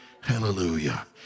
Hallelujah